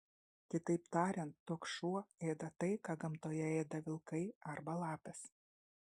kitaip tariant toks šuo ėda tai ką gamtoje ėda vilkai arba lapės